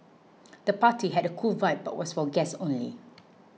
the party had a cool vibe but was for guests only